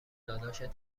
داداشت